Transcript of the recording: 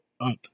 up